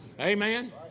Amen